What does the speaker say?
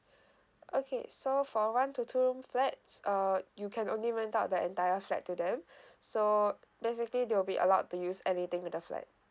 okay so for one to two room flats uh you can only rent out the entire flat to them so basically they will be allowed to use anything in the flat